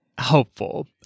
hopeful